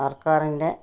സർക്കാരിൻ്റെ